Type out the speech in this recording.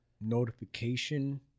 notification